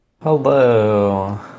Hello